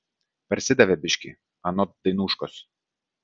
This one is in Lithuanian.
parsidavė biškį anot dainuškos